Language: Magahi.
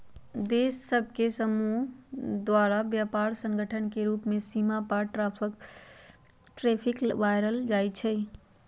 देश सभ के समूह द्वारा व्यापार संगठन के रूप में सीमा पार व्यापार पर टैरिफ लगायल जाइ छइ